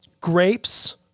grapes